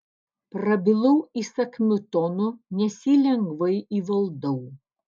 prabilau įsakmiu tonu nes jį lengvai įvaldau